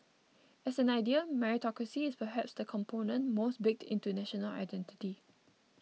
as an idea meritocracy is perhaps the component most baked into national identity